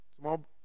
Small